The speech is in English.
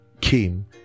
came